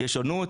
יש שונות,